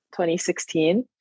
2016